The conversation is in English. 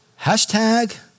Hashtag